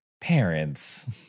Parents